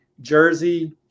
Jersey